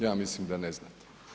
Ja mislim da ne znate.